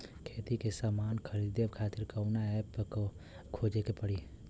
खेती के समान खरीदे खातिर कवना ऐपपर खोजे के पड़ी?